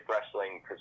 Wrestling